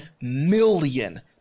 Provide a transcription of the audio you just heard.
million